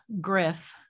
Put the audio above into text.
Griff